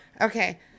okay